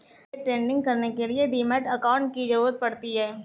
day trading करने के लिए डीमैट अकांउट की जरूरत पड़ती है